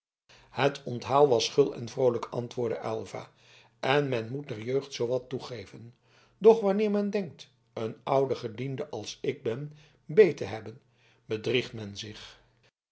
het onthaal was gul en vroolijk antwoordde aylva en men moet der jeugd zoowat toegeven doch wanneer men denkt een ouden gediende als ik ben beet te hebben bedriegt men zich